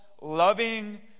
loving